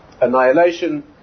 annihilation